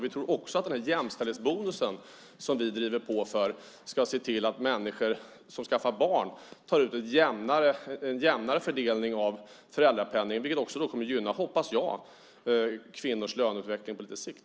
Vi tror också att jämställdhetsbonusen, som vi driver på för, ska leda till att människor som skaffar barn tar ut en jämnare fördelning av föräldrapenningen och, hoppas jag, gynna kvinnors löneutveckling på lite sikt.